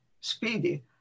speedy